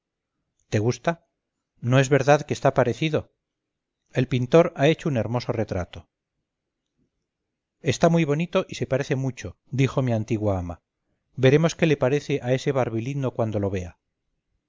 te gusta no es verdad que está parecido el pintor ha hecho un hermoso retrato está muy bonito y se parece mucho dijo mi antigua ama veremos qué le parece a ese barbilindo cuando lo vea